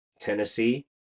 tennessee